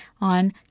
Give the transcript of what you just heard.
on